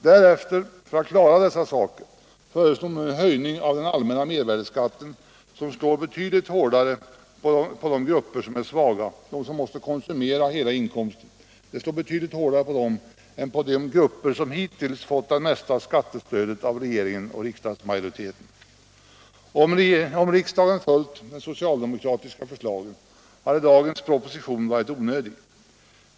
Därefter — för att klara dessa saker — föreslås en höjning av den allmänna mervärdeskatten, som slår betydligt hårdare på de grupper som är svaga, de som måste konsumera hela inkomsten, än på de grupper som hittills fått det största skattestödet av regeringen och riksdagsmajoriteten. Om riksdagen följt de socialdemokratiska förslagen hade dagens proposition varit onödig.